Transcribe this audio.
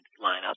lineup